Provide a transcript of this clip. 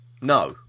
No